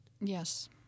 Yes